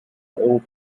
euro